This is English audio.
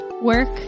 work